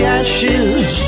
ashes